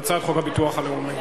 הצעת חוק הביטוח הלאומי